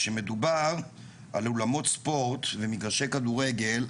כשמדובר על אולמות ספורט ומגרשי כדורגל,